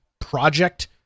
project